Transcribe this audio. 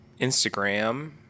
Instagram